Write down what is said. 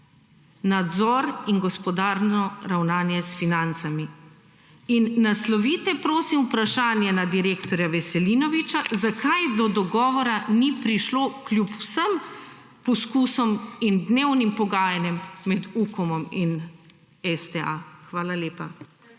nadzor in gospodarno ravnanje s financami. In naslovite, prosim, vprašanje na direktorja Veselinoviča, zakaj do dogovora ni prišlo kljub vsem poskusom in dnevnim pogajanjem med Ukomom in STA. Hvala lepa.